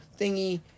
thingy